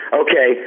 okay